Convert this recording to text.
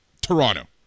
Toronto